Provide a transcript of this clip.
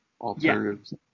alternatives